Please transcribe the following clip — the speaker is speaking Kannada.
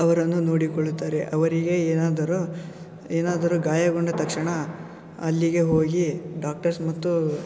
ಅವರನ್ನು ನೋಡಿಕೊಳ್ಳುತ್ತಾರೆ ಅವರಿಗೆ ಏನಾದರೂ ಏನಾದರೂ ಗಾಯಗೊಂಡ ತಕ್ಷಣ ಅಲ್ಲಿಗೆ ಹೋಗಿ ಡಾಕ್ಟರ್ಸ್ ಮತ್ತು